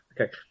okay